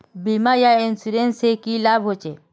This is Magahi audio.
बीमा या इंश्योरेंस से की लाभ होचे?